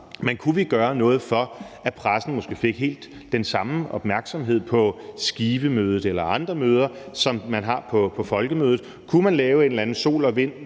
men kunne vi gøre noget, for at pressen måske havde den samme opmærksomhed på Skivemødet eller andre møder, som man har på Folkemødet? Kunne man lave et eller andet, så sol og vind